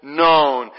known